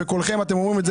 בקולכם אתם אומרים את זה,